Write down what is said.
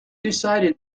decided